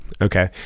Okay